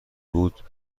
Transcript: بود